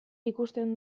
ikusten